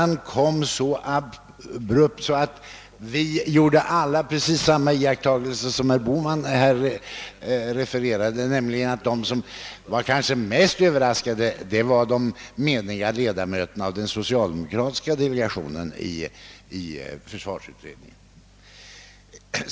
Då kom den så abrupt att alla gjorde samma iakttagelse som den herr Bohman refererade, nämligen att de allra mest överraskade var de socialdemokratiska ledamöterna i försvarsutredningen.